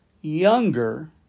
younger